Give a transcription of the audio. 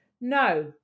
No